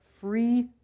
free